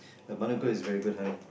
but Manuka is very good honey